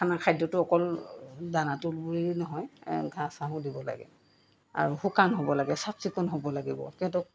খানা খাদ্যটো অকল দানাটো বুলি নহয় ঘাঁহ চাহো দিব লাগে আৰু শুকান হ'ব লাগে চাফ চিকুণ হ'ব লাগিব